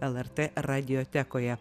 lrt radiotekoje